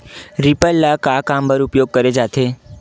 Reaper ल का काम बर उपयोग करे जाथे?